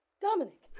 Dominic